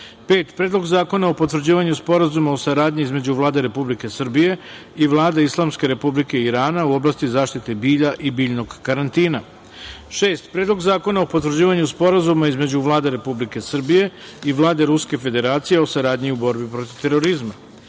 Predlog zakona o potvrđivanju Sporazuma o saradnji između Vlade Republike Srbije i Vlade Islamske Republike Irana u oblasti zaštite bilja i biljnog karantina;6. Predlog zakona o potvrđivanju Sporazuma između Vlade Republike Srbije i Vlade Ruske Federacije o saradnji u borbi protiv terorizma;7.